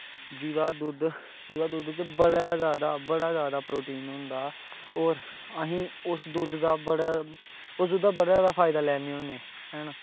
जेह्दे दुद्ध जेह्दे दुद्ध च बड़ा जादा बड़ा जादा प्रोटीन होंदा होर असीं दुद्ध दा उस दुद्ध दा बड़ा जादा फायदा लैन्नें होन्ने है ना